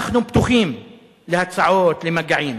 אנחנו פתוחים להצעות, למגעים,